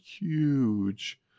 huge